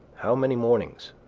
how many mornings,